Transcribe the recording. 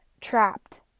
trapped